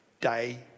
day